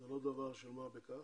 וזה לא דבר של מה בכך.